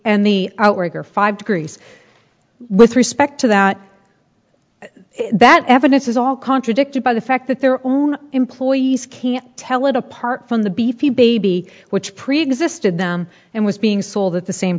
and the out worker five degrees with respect to that that evidence is all contradicted by the fact that their own employees can't tell it apart from the beefy baby which preexisted them and was being sold at the same